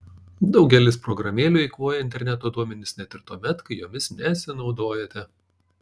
daugelis programėlių eikvoja interneto duomenis net ir tuomet kai jomis nesinaudojate